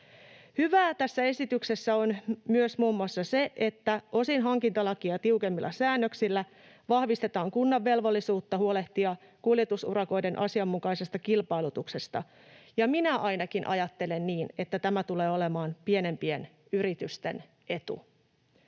Hyvää tässä esityksessä on muun muassa myös se, että osin hankintalakia tiukemmilla säännöksillä vahvistetaan kunnan velvollisuutta huolehtia kuljetusurakoiden asianmukaisesta kilpailutuksesta. Ja minä ainakin ajattelen niin, että tämä tulee olemaan pienempien yritysten etu.